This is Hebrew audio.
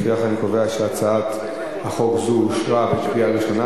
לפיכך אני קובע שהצעת חוק זו אושרה בקריאה ראשונה,